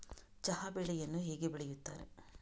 ಚಹಾ ಬೆಳೆಯನ್ನು ಹೇಗೆ ಬೆಳೆಯುತ್ತಾರೆ?